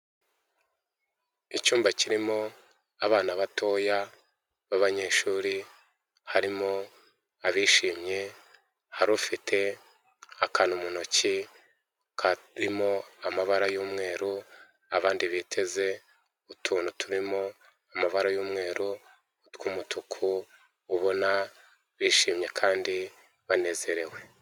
Icyumba kirimo abana batoya b'abanyeshuri, harimo abishimye hari ufite akantu mu ntoki karimo amabara y'umweru, abandi biteze utuntu turimo amabara y'umweru tw'umutuku, ubona bishimye kandi banezerewe.